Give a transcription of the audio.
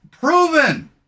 Proven